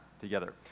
together